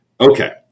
Okay